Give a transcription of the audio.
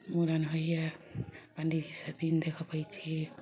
मूड़न होइए पण्डितजीसँ दिन देखबैय छी